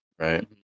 Right